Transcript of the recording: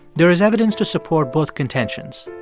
there is evidence to support both contentions.